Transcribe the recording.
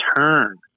turn